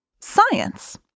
science